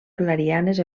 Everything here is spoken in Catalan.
clarianes